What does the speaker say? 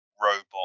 robot